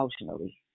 emotionally